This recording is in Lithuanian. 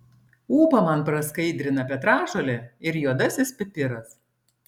ūpą man praskaidrina petražolė ir juodasis pipiras